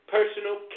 Personal